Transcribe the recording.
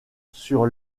sur